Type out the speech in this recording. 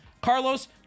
Carlos